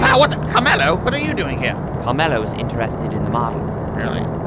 what the carmelo? what are you doing here? carmelo is interested in the model really?